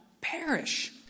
perish